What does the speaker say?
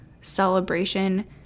celebration